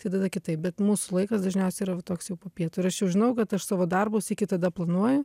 tai tada kitaip bet mūsų laikas dažniausiai yra va toks jau po pietų ir aš jau žinau kad aš savo darbus iki tada planuoju